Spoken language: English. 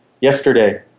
yesterday